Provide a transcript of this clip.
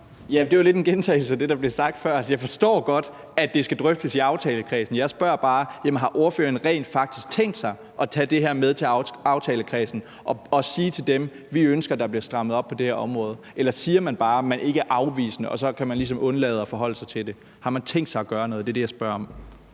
det er jo lidt en gentagelse af det, der blev sagt før. Jeg forstår godt, at det skal drøftes i aftalekredsen. Jeg spørger bare, om ordføreren rent faktisk har tænkt sig at tage det her med til aftalekredsen og sige dér, at man ønsker, at der bliver strammet op på det her område. Eller siger man bare, at man ikke er afvisende, og så kan man ligesom undlade at forholde sig til det? Har man tænkt sig at gøre noget? Det er det, jeg spørger om.